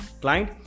client